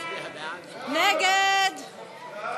סעיף תקציבי 19, מדע,